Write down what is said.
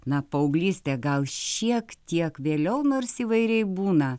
na paauglystė gal šiek tiek vėliau nors įvairiai būna